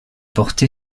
porté